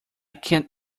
can